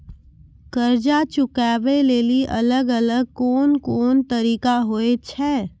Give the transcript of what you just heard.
कर्जा चुकाबै लेली अलग अलग कोन कोन तरिका होय छै?